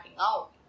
out